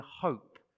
hope